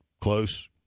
close